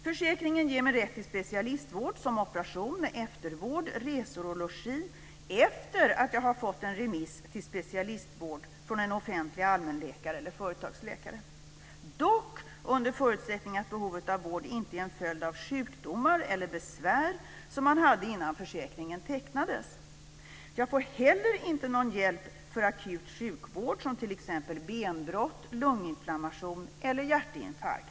Försäkringen ger mig rätt till specialistvård som operation, eftervård, resor och logi efter det att jag har fått en remiss till specialistvård från en offentlig allmänläkare eller företagsläkare. Det gäller dock under förutsättning att behovet av vård inte är en följd av sjukdomar eller besvär som jag hade innan försäkringen tecknades. Jag får heller inte någon hjälp för akut sjukvård som t.ex. benbrott, lunginflammation eller hjärtinfarkt.